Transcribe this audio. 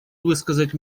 высказать